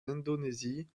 indonésie